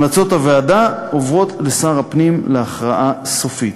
המלצות הוועדה עוברות לשר הפנים להכרעה סופית.